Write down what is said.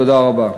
תודה רבה.